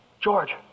George